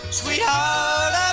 sweetheart